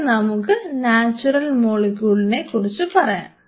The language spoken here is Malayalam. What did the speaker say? ഇനി നമുക്ക് നാച്ചുറൽ മോളിക്യൂളിനെ കുറിച്ച് നോക്കാം